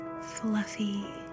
fluffy